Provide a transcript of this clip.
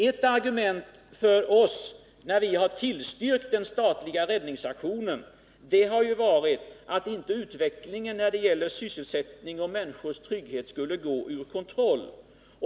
Ett argument för oss, när vi har tillstyrkt den statliga räddningsaktionen, har varit att utvecklingen när det gäller sysselsättning och människors trygghet inte skulle gå ur koniroll.